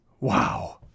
wow